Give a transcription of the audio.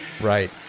Right